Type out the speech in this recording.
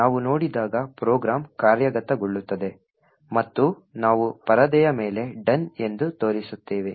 ನಾವು ನೋಡಿದಾಗ ಪ್ರೋಗ್ರಾಂ ಕಾರ್ಯಗತಗೊಳ್ಳುತ್ತದೆ ಮತ್ತು ನಾವು ಪರದೆಯ ಮೇಲೆ "done" ಎಂದು ತೋರಿಸುತ್ತೇವೆ